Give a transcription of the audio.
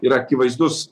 yra akivaizdus